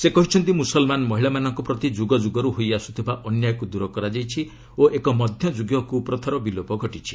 ସେ କହିଛନ୍ତି ମୁସଲ୍ମାନ ମହିଳାମାନଙ୍କ ପ୍ରତି ଯୁଗ ଯୁଗରୁ ହୋଇଆସୁଥିବା ଅନ୍ୟାୟକୁ ଦୂର କରାଯାଇଛି ଓ ଏକ ମଧ୍ୟଯୁଗୀୟ କୁପ୍ରଥାର ବିଲୋପ ଘଟିଛି